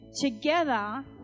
together